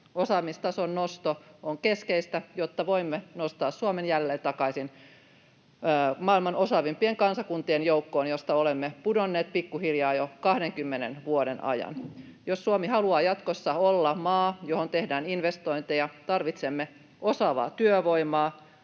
Osaamistason nosto on keskeistä, jotta voimme nostaa Suomen jälleen takaisin maailman osaavimpien kansakuntien joukkoon, josta olemme pudonneet pikkuhiljaa jo 20 vuoden ajan. Jos Suomi haluaa jatkossa olla maa, johon tehdään investointeja, tarvitsemme osaavaa työvoimaa,